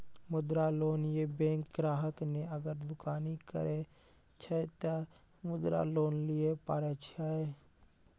मुद्रा लोन ये बैंक ग्राहक ने अगर दुकानी करे छै ते मुद्रा लोन लिए पारे छेयै?